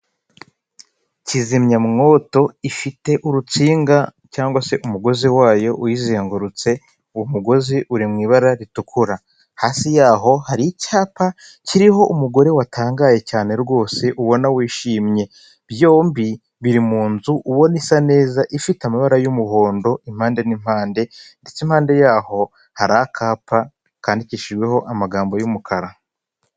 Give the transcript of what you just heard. Kizimyamwoto ifite urukinga cyangwa se umugozi wayo uyizengurutse, umugozi uri mu ibara ritukura, hasi yaho hari icyapa kiriho umugore watangaye cyane rwose ubona wishimye, byombi biri mu nzu ubona isa neza ifite amabara y'umuhondo impande n'impande ndetse impande yaho harikapa kandikishijweho amagambo y'umukara.